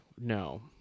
no